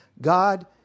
God